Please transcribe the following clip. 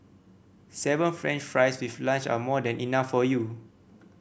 seven French fries with lunch are more than enough for you